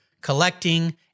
collecting